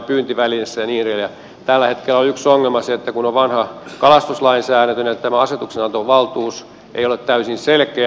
tällä hetkellä on yksi ongelma se että kun on vanha kalastuslainsäädäntö niin nyt tämä asetuksenantovaltuus ei ole täysin selkeä